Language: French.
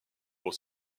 pour